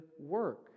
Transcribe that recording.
work